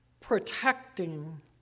protecting